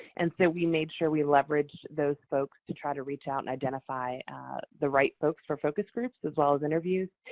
and so, we made sure we leveraged those folks to try to reach out and identify the right folks for focus groups as well as interviews.